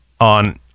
on